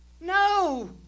No